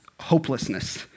hopelessness